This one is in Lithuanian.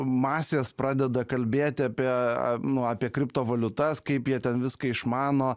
masės pradeda kalbėti apie nu apie kriptovaliutas kaip jie ten viską išmano